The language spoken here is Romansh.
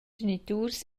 geniturs